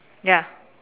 ya